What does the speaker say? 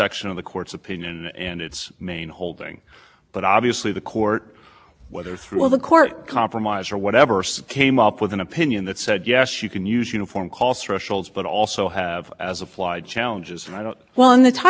linkage for texas however madison has numerous other upwind contributors all of whom contribute to other downwind states this supreme court specifically recognized the interwoven and connected nature of the